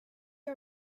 you